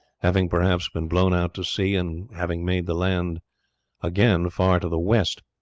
having perhaps been blown out to sea and having made the land again far to the west.